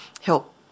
help